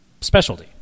specialty